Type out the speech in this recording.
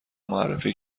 معرفی